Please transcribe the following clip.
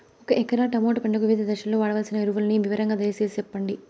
ఒక ఎకరా టమోటా పంటకు వివిధ దశల్లో వాడవలసిన ఎరువులని వివరంగా దయ సేసి చెప్పండి?